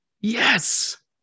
Yes